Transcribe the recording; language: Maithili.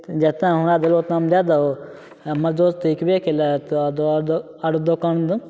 जतनामे हमरा देलहो ओतनामे दै दहो हमर दोस्त देखबे कएलऽ तऽ आओर दोकानमे